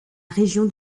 région